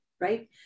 right